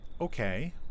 Okay